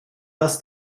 das